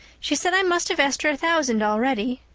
she said i must have asked her a thousand already.